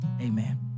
amen